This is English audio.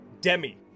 Demi